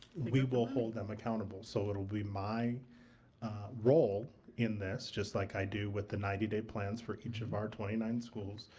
we will hold them accountable. so be my role in this, just like i do with the ninety day plans for each of our twenty nine schools,